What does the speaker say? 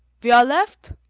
we are left.